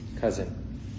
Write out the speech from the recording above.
cousin